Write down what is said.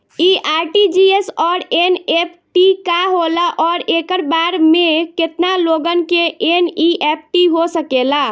इ आर.टी.जी.एस और एन.ई.एफ.टी का होला और एक बार में केतना लोगन के एन.ई.एफ.टी हो सकेला?